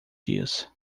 dias